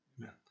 amen